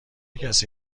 کسی